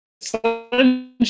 sunshine